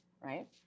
Right